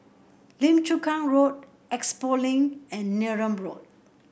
Lim Chu Kang Road Expo Link and Neram Road